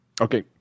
Okay